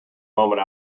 moment